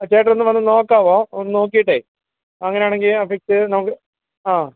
ചേട്ടനൊന്ന് വന്ന് നോക്കാവോ ഒന്ന് നോക്കിയിട്ടേ അങ്ങനെയാണെങ്കിൽ എഫക്ട് നമുക്ക് ആ